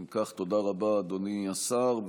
אם כך, תודה רבה, אדוני השר.